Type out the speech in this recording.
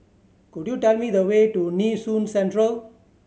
could you tell me the way to Nee Soon Central